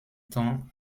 temps